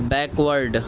backward